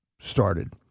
started